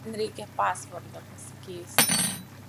man reikia pasvordą pasikeist